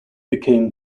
became